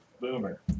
Boomer